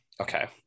Okay